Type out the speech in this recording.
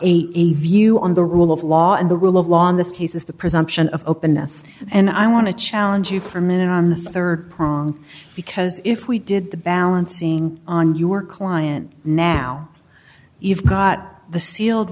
you on the rule of law and the rule of law in this case is the presumption of openness and i want to challenge you for a minute on the rd prong because if we did the balancing on your client now you've got the sealed